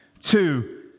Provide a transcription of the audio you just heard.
two